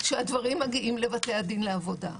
שהדברים מגיעים לבתי הדין לעבודה,